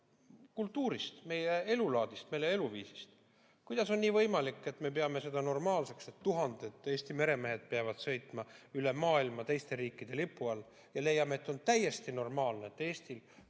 kultuurist, meie elulaadist, meie eluviisist. Kuidas on võimalik, et me peame seda normaalseks, et tuhanded Eesti meremehed peavad sõitma üle maailma teiste riikide lipu all, ja leiame, et on täiesti normaalne, et Eestil,